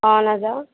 অঁ নাযাওঁ